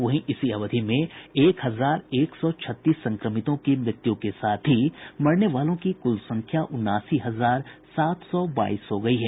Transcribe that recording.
वहीं इसी अवधि में एक हजार एक सौ छत्तीस संक्रमितों की मृत्यु के साथ ही मरने वालों की कुल संख्या उनासी हजार सात सौ बाईस हो गई है